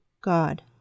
God